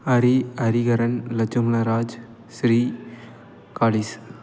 Hari Hariharan Lakshmana Raj Sri Kalis